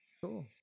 Cool